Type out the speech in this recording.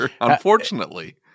unfortunately